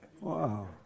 Wow